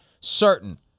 certain